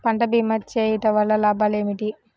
పంట భీమా చేయుటవల్ల లాభాలు ఏమిటి?